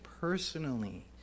personally